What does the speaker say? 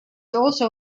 also